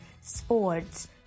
sports